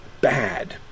bad